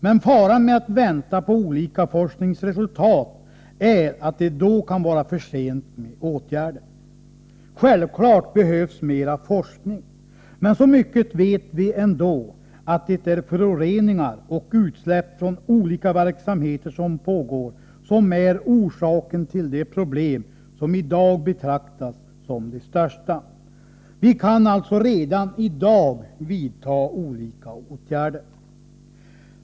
Men faran med att vänta på olika forskningsresultat är att det kan vara för sent att vidta åtgärder när dessa resultat kommer. Självklart behövs mera forskning. Men så mycket vet vi ändå att det är föroreningar och utsläpp från olika pågående verksamheter som är orsaken till det problem som i dag kan betraktas som det största. Vi kan alltså redan nu vidta olika åtgärder.